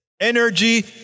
energy